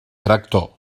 tractor